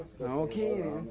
Okay